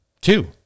Two